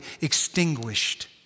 extinguished